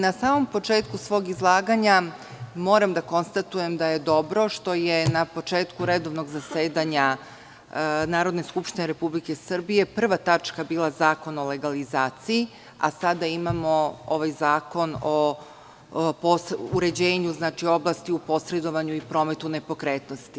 Na samom početku svog izlaganja, moram da konstatujem da je dobro što je na početku redovnog zasedanja Narodne skupštine Republike Srbije prva tačka bila Zakon o legalizaciji, a sada imamo ovaj zakon o uređenju oblasti u posredovanju i prometu nepokretnosti.